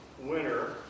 winner